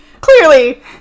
clearly